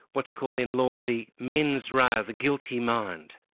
what's called in law, the mens rea, the guilty mind.